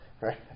right